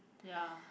ya